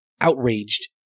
outraged